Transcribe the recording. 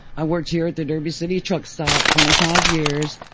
i worked here at the derby city truckstop twenty five years.